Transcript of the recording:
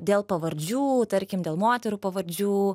dėl pavardžių tarkim dėl moterų pavardžių